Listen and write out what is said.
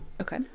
okay